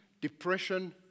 depression